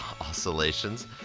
Oscillations